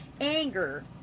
anger